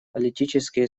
политические